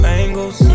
angles